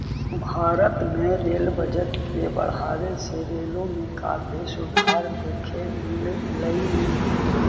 भारत में rail budget के बढ़ावे से रेलों में काफी सुधार देखे मिललई